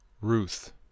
Ruth